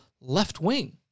left-wing